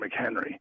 McHenry